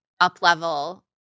up-level